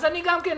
אז אני גם כן,